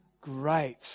great